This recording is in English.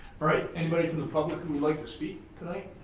alright anybody from the public who would like to speak tonight?